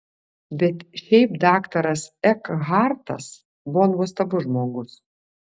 bet šiaip daktaras ekhartas buvo nuostabus žmogus